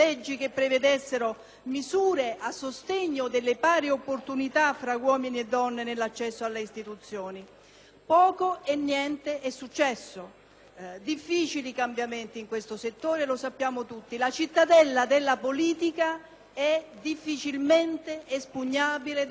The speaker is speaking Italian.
poco e niente è successo. Sono difficili i cambiamenti in questo settore e lo sappiamo tutti. La cittadella della politica è difficilmente espugnabile da parte delle donne: voglio usare questa immagine militare che non mi si addice, ma che corrisponde alla realtà.